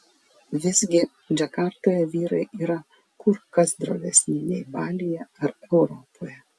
visgi džakartoje vyrai yra kur kas drovesni nei balyje ar europoje